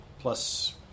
Plus